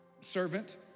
servant